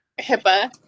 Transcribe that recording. hipaa